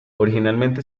originalmente